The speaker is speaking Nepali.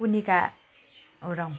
पुनिका उराउँ